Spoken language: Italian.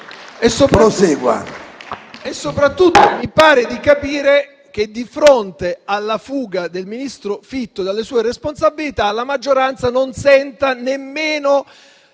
E soprattutto mi pare di capire che, di fronte alla fuga del ministro Fitto dalle sue responsabilità, la maggioranza non senta nemmeno